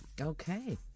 Okay